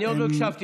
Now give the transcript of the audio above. אני עוד לא הקשבתי,